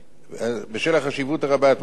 בשל החשיבות הרבה הטמונה בהסדר החדש,